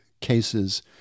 cases